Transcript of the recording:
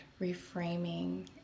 reframing